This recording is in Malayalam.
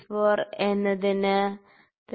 64 എന്നത് 3